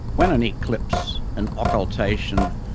when an eclipse, an occultation,